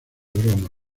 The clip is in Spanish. broma